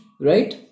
right